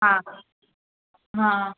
हा हा